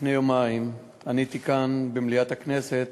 לפני יומיים, עניתי כאן במליאת הכנסת